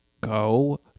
go